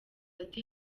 ati